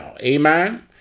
amen